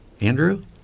Andrew